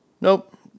Nope